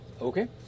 Okay